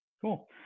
Cool